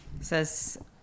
Says